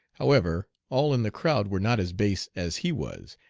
however, all in the crowd were not as base as he was,